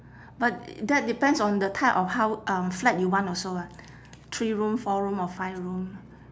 but that depends on the type of hou~ um flat you want also lah three room four room or five room